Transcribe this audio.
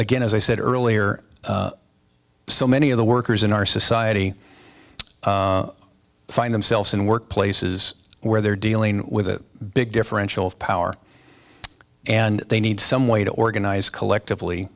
again as i said earlier so many of the workers in our society find themselves in work places where they're dealing with a big differential of power and they need some way to organize collectively